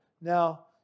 Now